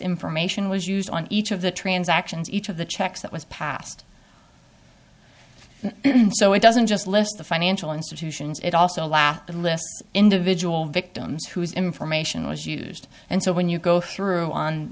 information was used on each of the transactions each of the checks that was passed so it doesn't just list the financial institutions it also lacked a list individual victims whose information was used and so when you go through